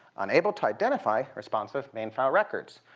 unable to identify responsive main file records.